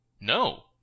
No